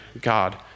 God